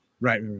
Right